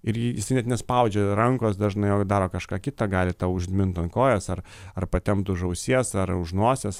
ir ji jisai net nespaudžia rankos dažnai o dar kažką kita gali tau užmint ant kojos ar ar patempt už ausies ar už nosies